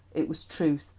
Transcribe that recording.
it was truth,